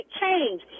change